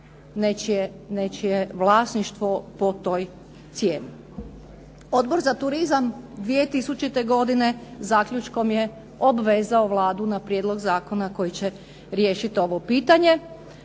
nečije vlasništvo po toj cijeni. Odbor za turizam 2000. godine zaključkom je obvezao Vladu na prijedlog zakona koji će riješit ovo pitanje.